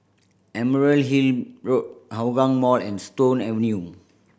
Emerald Hill Road Hougang Mall and Stone Avenue